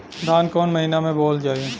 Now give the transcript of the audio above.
धान कवन महिना में बोवल जाई?